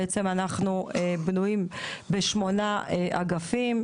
אנחנו בנויים בשמונה אגפים,